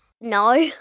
No